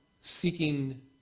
seeking